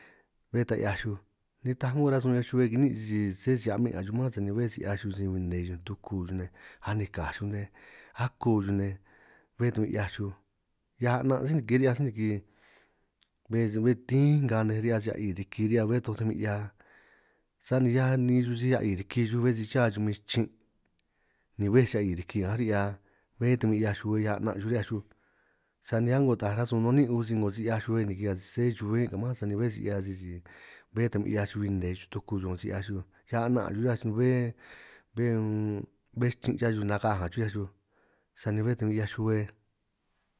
Bé ta 'hiaj xuj nitaj a'ngo rasun 'hiaj xuhue kiniin' si sé si a'min' nga xuj mánj, sani bé si 'hiaj xuj si huin nne xuj tuku xuj nej anikaj xuj nej ako xuj nej, bé ta huin 'hiaj xuj 'hiaj a'nan' sí niki ri'hiaj sí niki, bé tín nnga nej ri'hia si a'i riki ri'hia bé toj ta huin 'hia, sani hiaj niin' xuj si a'i riki xuj bé si cha xuj huin chin', ni bé si a'í riki nngaj ri'hia bé ta huin 'hiaj xuhue a'nan xuj ri'hia xuj, sani a'ngo taaj rasun nun niin' un si 'ngo si 'hiaj xuhue niki ka sé xuhue huin' ka' mánj, sani bé si 'hia sisi bé ta min 'hiaj xuj huin nne xuj tuku xuj 'ngo si 'hiaj xuj ñan a'nan xuj ri'hia xuj bé bé unn, bé chin' ya xuj ni nakaj a nga xuj ri'hia xuj sani bé ta huin 'hiaj xuhue.